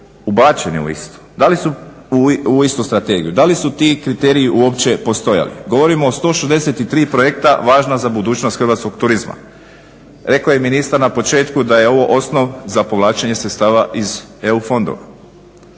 ubačeni u istu, u istu strategiju. Da li su ti kriteriji uopće postojali? Govorimo o 163 projekta važna za budućnost hrvatskog turizma. Rekao je i ministar na početku da je ovo osnov za povlačenje sredstava iz EU fondova.